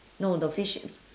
no the fish